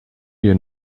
you